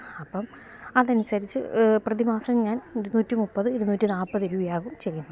അപ്പം അതനുസരിച്ച് പ്രതിമാസം ഞാൻ ഇരുന്നൂറ്റി മുപ്പത് ഇരുന്നൂറ്റി നാപ്പത് രൂപയാകും ചെയ്യുമ്പം